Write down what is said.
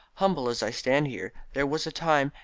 humble as i stand here, there was a time,